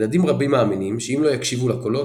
ילדים רבים מאמינים שאם לא יקשיבו לקולות,